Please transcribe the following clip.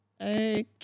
Okay